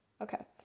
Okay